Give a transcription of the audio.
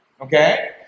Okay